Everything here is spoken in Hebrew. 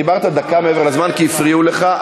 דיברת דקה מעבר לזמן כי הפריעו לך,